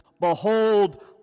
Behold